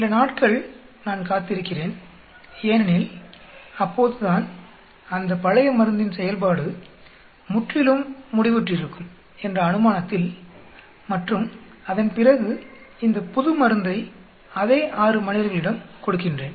சில நாட்கள் நான் காத்திருக்கிறேன் ஏனெனில் அப்போதுதான் அந்தப் பழைய மருந்தின் செயல்பாடு முற்றிலும் முடிவுற்றிறுக்கும் என்ற அனுமானத்தில் மற்றும் அதன்பிறகு இந்தப் புது மருந்தை அதே 6 மனிதர்களிடம் கொடுக்கின்றேன்